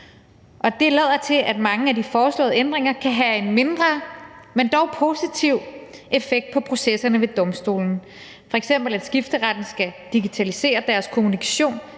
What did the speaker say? det lader til, at mange af de foreslåede ændringer kan have en mindre, men dog positiv effekt på processerne ved domstolene, f.eks. at skifteretten skal digitalisere deres kommunikation